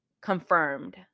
confirmed